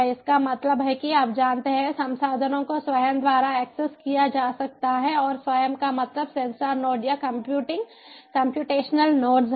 इसका मतलब है कि आप जानते हैं संसाधनों को स्वयं द्वारा एक्सेस किया जा सकता है और स्वयं का मतलब सेंसर नोड या कंप्यूटिंग कम्प्यूटेशनल नोड्स है